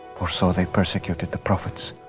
for so they persecuted the prophets,